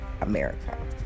America